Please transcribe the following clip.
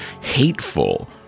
hateful